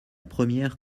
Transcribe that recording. première